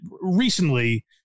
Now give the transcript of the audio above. recently